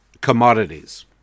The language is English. commodities